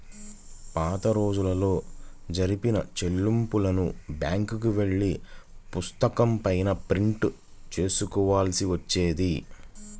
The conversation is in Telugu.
పాతరోజుల్లో జరిపిన చెల్లింపులను బ్యేంకుకెళ్ళి పాసుపుస్తకం పైన ప్రింట్ చేసుకోవాల్సి వచ్చేది